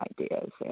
ideas